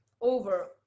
over